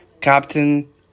Captain